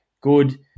good